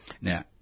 Now